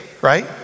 right